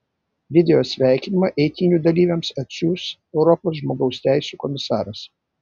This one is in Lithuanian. video sveikinimą eitynių dalyviams atsiųs europos žmogaus teisių komisaras